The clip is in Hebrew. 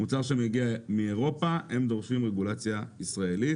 מוצר שמגיע מאירופה הם דורשים רגולציה ישראלית,